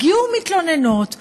הגיעו מתלוננות,